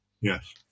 Yes